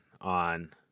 on